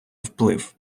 вплив